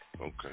Okay